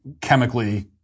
chemically